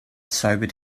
sobered